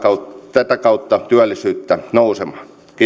tätä kautta työllisyyttä nousemaan